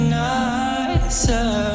nicer